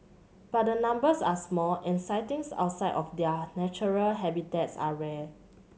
but the numbers are small and sightings outside of their natural habitats are rare